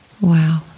Wow